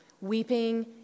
Weeping